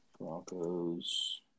Broncos